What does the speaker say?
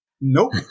Nope